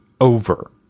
over